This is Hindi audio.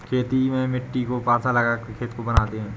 खेती में मिट्टी को पाथा लगाकर खेत को बनाते हैं?